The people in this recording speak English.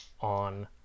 on